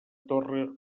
torre